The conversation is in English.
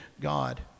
God